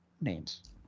names